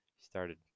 started